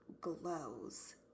glows